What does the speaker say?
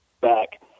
back